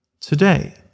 Today